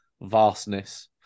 vastness